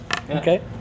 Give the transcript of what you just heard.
Okay